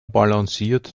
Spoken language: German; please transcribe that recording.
balanciert